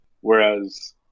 Whereas